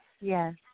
Yes